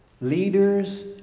Leaders